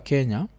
Kenya